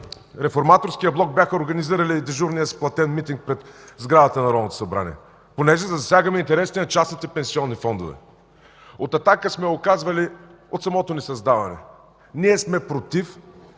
Реформаторския блок бяха организирали дежурни с платен митинг пред сградата на Народното събрание, понеже засягаме интересите на частните пенсионни фондове. От „Атака” от самото ни създаване сме